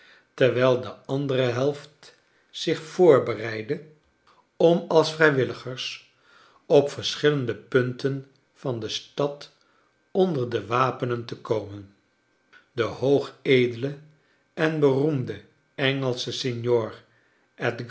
terwijl de andere helft zich voorbereidde om als vrijwilligers op verschillende punten van de stad onder de wapenen te komen de hoog edele en beroemde engelsche signor